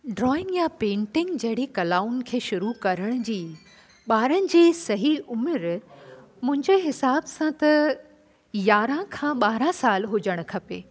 drawing या painting जहिड़ी कलाउनि खे शुरू करण जी ॿारनि जी सही उमिरि मुंहिंजे हिसाब सां त यारहं खां ॿारहं साल हुजणु खपे